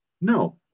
No